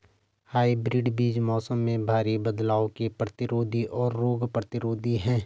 hybrid बीज मौसम में भारी बदलाव के प्रतिरोधी और रोग प्रतिरोधी हैं